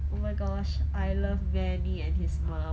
oh my gosh I love manny and his mum